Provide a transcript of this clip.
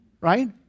right